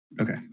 Okay